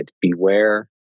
beware